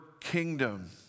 kingdom